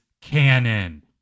canon